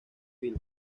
film